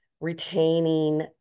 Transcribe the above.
retaining